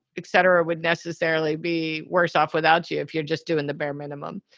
et cetera, would necessarily be worse off without you. if you're just doing the bare minimum,